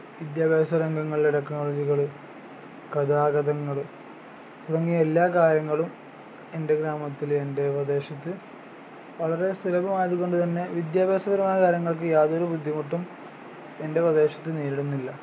വിദ്യാഭ്യാസ രംഗങ്ങളിലെ ടെക്നോളജികൾ ഗതാഗതങ്ങൾ തുടങ്ങിയ എല്ലാ കാര്യങ്ങളും എൻ്റെ ഗ്രാമത്തിൽ എൻ്റെ പ്രദേശത്ത് വളരെ സുലഭമായതു കൊണ്ട് തന്നെ വിദ്യാഭ്യാസപരമായ കാര്യങ്ങൾക്ക് യാതൊരു ബുദ്ധിമുട്ടും എൻ്റെ പ്രദേശത്ത് നേരിടുന്നില്ല